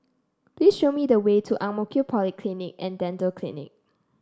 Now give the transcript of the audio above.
please show me the way to Ang Mo Kio Polyclinic And Dental Clinic